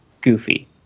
goofy